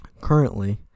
Currently